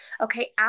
Okay